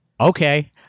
okay